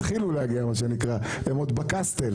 התחילו להגיע מה שנקרא, הם עוד בקסטל.